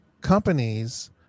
companies